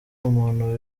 umuntu